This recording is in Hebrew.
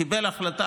הוא קיבל החלטה,